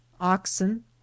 oxen